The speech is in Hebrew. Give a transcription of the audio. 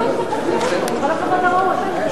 אז תהיה הצבעה על סיכום.